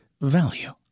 value